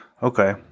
Okay